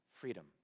freedom